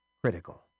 critical